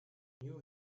knew